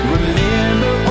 Remember